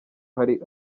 hari